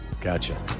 Gotcha